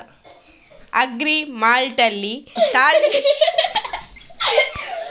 Agri ಮಾರ್ಟ್ನಲ್ಲಿ ಉಳ್ಮೆ ಯಂತ್ರ ತೆಕೊಂಡ್ರೆ ಸಬ್ಸಿಡಿ ಎಷ್ಟು ಸಿಕ್ತಾದೆ?